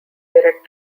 direct